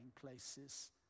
places